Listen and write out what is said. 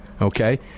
Okay